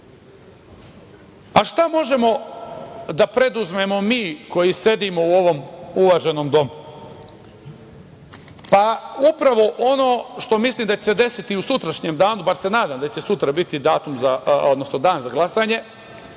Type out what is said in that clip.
možemo da preduzmemo mi koji sedimo u ovom uvaženom domu? Upravo ono što mislim da će se desiti u sutrašnjem danu, bar se nadam da će sutra biti dan za glasanje,